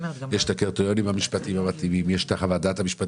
אין בעיה.